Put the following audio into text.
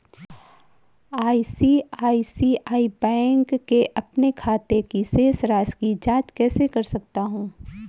मैं ICICI bank के अपने खाते की शेष राशि की जाँच कैसे कर सकता हूँ?